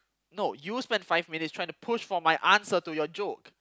no you spent five minutes trying to push for my answer to your joke